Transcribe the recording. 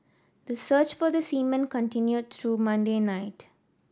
the search for the seamen continued through Monday night